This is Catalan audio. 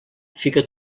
fica